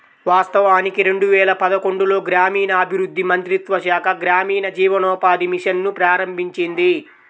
వాస్తవానికి రెండు వేల పదకొండులో గ్రామీణాభివృద్ధి మంత్రిత్వ శాఖ గ్రామీణ జీవనోపాధి మిషన్ ను ప్రారంభించింది